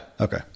Okay